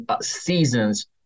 seasons